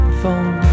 phone